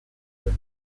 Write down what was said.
zuen